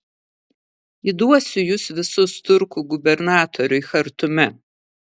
įduosiu jus visus turkų gubernatoriui chartume